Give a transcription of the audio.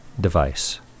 device